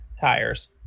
tires